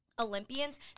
Olympians